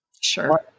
Sure